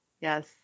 Yes